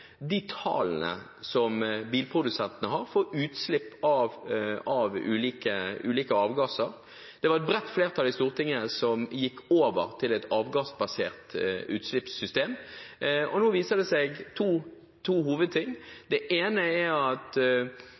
de tallene som bilprodusentene har for utslipp av ulike avgasser. Det var et bredt flertall i Stortinget som gikk over til et avgassbasert utslippssystem, og nå viser det seg to hovedting: Den ene er at